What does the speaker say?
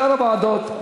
שאר הוועדות,